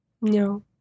No